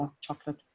chocolate